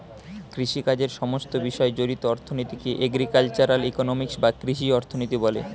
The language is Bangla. কৃষিকাজের সমস্ত বিষয় জড়িত অর্থনীতিকে এগ্রিকালচারাল ইকোনমিক্স বা কৃষি অর্থনীতি বলে